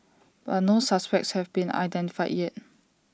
but no suspects have been identified yet